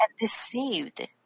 deceived